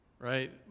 Right